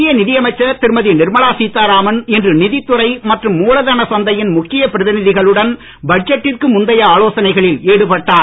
மத்திய நிதி அமைச்சர் திருமதி நிர்மலா சீதாராமன் இன்று நிதித் துறை மற்றும் மூலதனச் சந்தையின் முக்கிய பிரதிநிதிகளுடன் பட்ஜெட்டிற்கு முந்தைய ஆலோசனைகளில் ஈடுபட்டார்